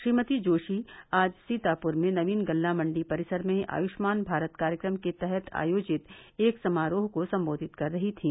श्रीक्ती जोरी आज सीतापुर में नवीन गल्ला मण्डी परिसर में आयुष्मन भारत कार्यक्रम के तहत आयोजित एक समारोह को सम्बोधित कर रही थीं